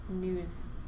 news